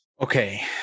Okay